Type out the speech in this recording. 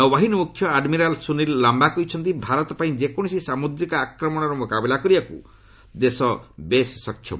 ନୌବାହିନୀ ମ୍ରଖ୍ୟ ଆଡ୍ମିରାଲ୍ ସ୍ରନୀଲ୍ ଲାମ୍ବା କହିଛନ୍ତି ଭାରତ ପାଇଁ ଯେକୌଣସି ସାମୁଦ୍ରିକ ଆକ୍ରମଣର ମ୍ରକାବିଲା କରିବାକୁ ଦେଶ ବେଶ୍ ସକ୍ଷମ